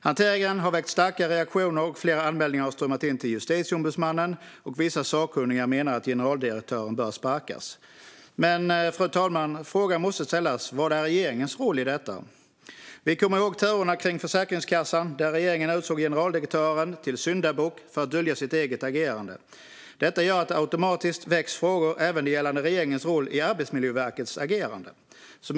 Hanteringen har väckt starka reaktioner, och flera anmälningar har strömmat in till Justitieombudsmannen. Vissa sakkunniga menar att generaldirektören bör sparkas. Fru talman! Frågan måste ställas: Vad är regeringens roll i detta? Vi kommer ihåg turerna kring Försäkringskassan, där regeringen utsåg generaldirektören till syndabock för att dölja sitt eget agerande. Detta gör att det automatiskt väcks frågor även gällande regeringens roll i Arbetsmiljöverkets agerande.